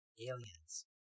Aliens